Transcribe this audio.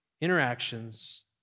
interactions